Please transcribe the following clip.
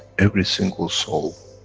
every single soul,